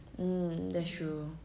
mmhmm that's true